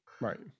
Right